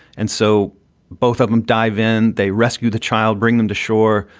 and so both of them dive in. they rescue the child, bring them to shore.